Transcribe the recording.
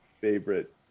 favorite